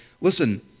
listen